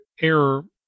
error